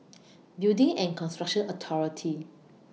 Building and Construction Authority